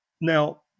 Now